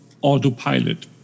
autopilot